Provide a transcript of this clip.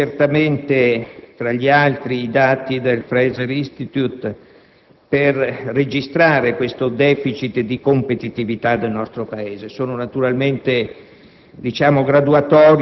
Si citano, tra gli altri, i dati del *Fraser Institute*, che fa registrare questo *deficit* di competitività del nostro Paese. Sono naturalmente